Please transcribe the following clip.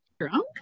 Drunk